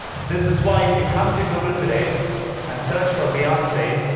this is why, if you come to google today and search for beyonce,